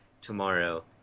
tomorrow